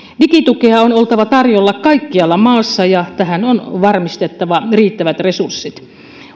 digitukea on oltava tarjolla kaikkialla maassa ja tähän on varmistettava riittävät resurssit